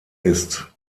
ist